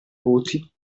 voti